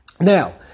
Now